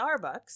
Starbucks